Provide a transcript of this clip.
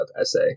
essay